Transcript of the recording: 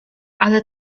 ale